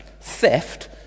theft